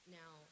now